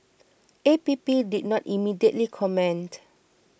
A P P did not immediately comment